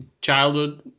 childhood